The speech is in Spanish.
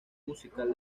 musical